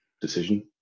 decision